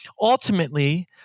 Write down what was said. Ultimately